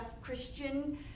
Christian